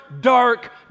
dark